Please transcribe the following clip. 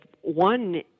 one